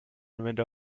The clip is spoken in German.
anwender